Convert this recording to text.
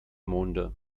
monde